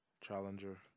Challenger